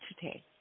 today